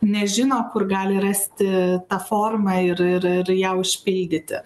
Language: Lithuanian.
nežino kur gali rasti tą formą ir ir ir ją užpildyti